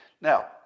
Now